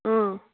ꯑꯥ